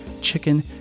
chicken